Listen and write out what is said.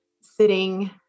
sitting